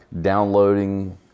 downloading